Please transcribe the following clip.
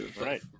Right